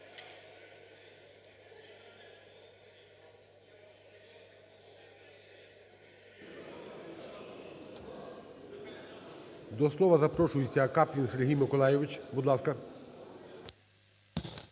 До слова запрошується Каплін Сергій Миколайович. Будь ласка.